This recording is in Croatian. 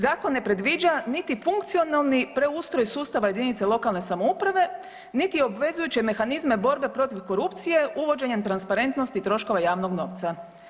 Zakon ne predviđa niti funkcionalni preustroj sustava jedinice lokalne samouprave niti obvezujuće mehanizme borbe protiv korupcije uvođenjem transparentnosti troškova javnog novca.